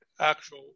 actual